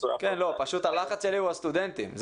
הלחץ שלי הוא הסטודנטים.